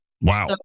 Wow